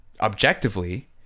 objectively